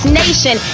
nation